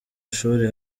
ishuri